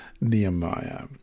Nehemiah